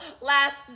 last